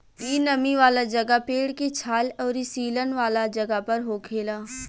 इ नमी वाला जगह, पेड़ के छाल अउरी सीलन वाला जगह पर होखेला